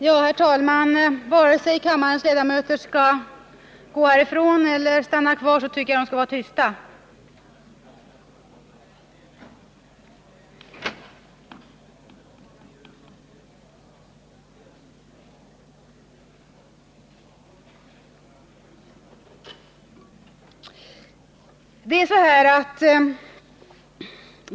Herr talman! Vare sig kammarens ledamöter skall gå härifrån eller stanna kvar tycker jag att de skall vara tysta.